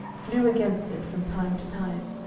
flew against it from time to time,